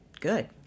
good